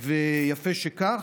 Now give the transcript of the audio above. ויפה שכך,